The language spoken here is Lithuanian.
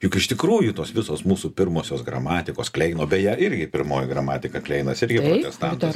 juk iš tikrųjų tos visos mūsų pirmosios gramatikos kleino beje irgi pirmoji gramatika kleinas irgi protestantas